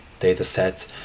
dataset